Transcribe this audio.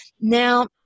Now